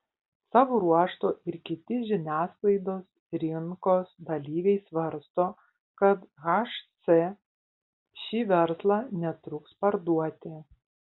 savo ruožtu ir kiti žiniasklaidos rinkos dalyviai svarsto kad hc šį verslą netruks parduoti